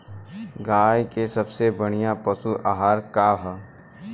गाय के सबसे बढ़िया पशु आहार का ह?